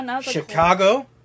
Chicago